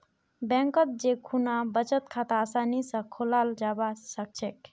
बैंकत जै खुना बचत खाता आसानी स खोलाल जाबा सखछेक